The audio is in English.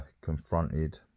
confronted